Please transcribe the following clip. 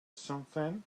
something